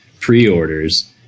pre-orders